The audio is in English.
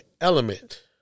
element